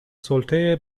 سلطه